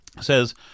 says